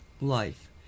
life